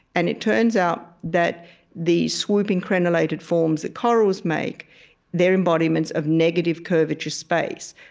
and it turns out that the swooping crenellated forms that corals make they're embodiments of negative curvature space,